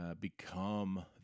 become